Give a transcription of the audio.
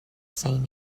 seen